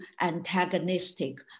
antagonistic